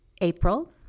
April